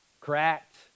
Cracked